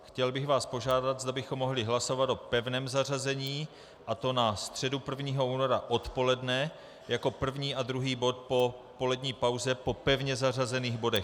Chtěl bych vás požádat, zda bychom mohli hlasovat o pevném zařazení, a to na středu 1. února odpoledne jako první a druhý bod po polední pauze po pevně zařazených bodech.